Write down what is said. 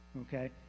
okay